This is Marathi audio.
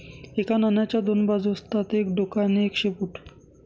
एका नाण्याच्या दोन बाजू असतात एक डोक आणि एक शेपूट